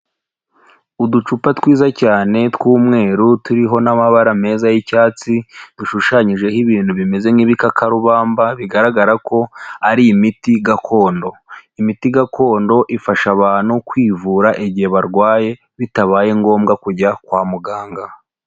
Uducupa twiza cyane tw'umweru turiho n'amabara meza y'icyatsi, dushushanyijeho ibintu bimeze nk'ibikakarubamba, bigaragara ko ari imiti gakondo, imiti gakondo ifasha abantu kwivura igihe barwaye, bitabaye ngombwa kujya kwa muganga.